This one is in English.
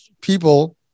people